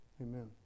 Amen